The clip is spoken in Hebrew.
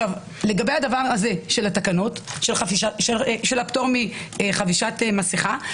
לגבי התקנות של הפטור מחבישת מסכה,